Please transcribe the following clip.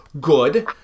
good